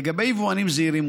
לגבי יבואנים זעירים,